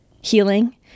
healing